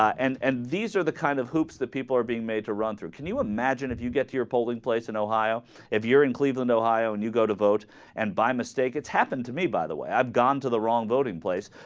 and and these are the kind of groups that people are being made to run through can you imagine if you get your polling place in ohio if you're in cleveland ohio new go to vote and by mistake it's happened to me by the way i have gone to the wrong voting place